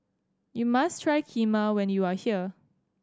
you must try Kheema when you are here